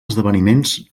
esdeveniments